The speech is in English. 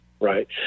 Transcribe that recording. Right